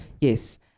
Yes